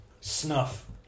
Snuff